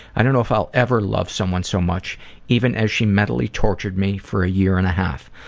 i don't know if i'll ever love someone so much even as she mentally tortured me for a year and a half.